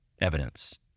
evidence